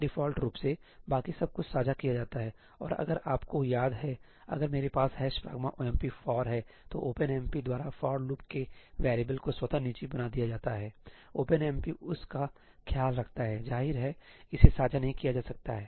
default रूप से बाकी सब कुछ साझा किया जाता है और अगर आपको याद है अगर मेरे पास ' pragma omp for' हैसही तो ओपनएमपी द्वारा फॉर लूप के वेरिएबल को स्वतः निजी बना दिया जाता है सही ओपनएमपी उस का ख्याल रखता है जाहिर है इसे साझा नहीं किया जा सकता है